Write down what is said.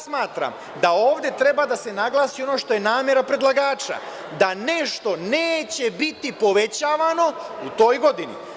Smatram da ovde treba da se naglasi ono što je namera predlagača, da nešto neće biti povećavano u toj godini.